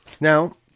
Now